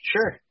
Sure